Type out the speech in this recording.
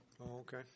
Okay